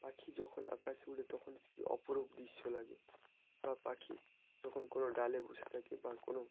পাখি যখন আকাশে উড়ে তখন সে কী অপরূপ দৃশ্য লাগে বা পাখি যখন কোনো ডালে বসে থাকে বা কোনো